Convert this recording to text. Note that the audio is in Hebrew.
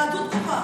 היהדות קובעת,